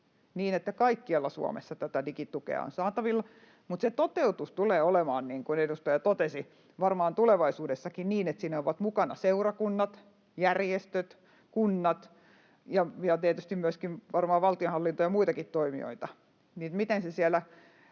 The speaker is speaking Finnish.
niin että kaikkialla Suomessa tätä digitukea on saatavilla. Mutta se toteutus tulee olemaan, niin kuin edustaja totesi, varmaan tulevaisuudessakin niin, että siinä ovat mukana seurakunnat, järjestöt, kunnat ja tietysti myöskin varmaan valtionhallinto ja muitakin toimijoita,